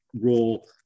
role